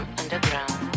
underground